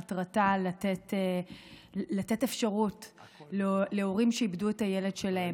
ומטרתה לתת אפשרות להורים שאיבדו את הילד שלהם